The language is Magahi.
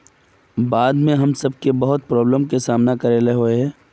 बाढ में हम सब बहुत प्रॉब्लम के सामना करे ले होय है?